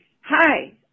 Hi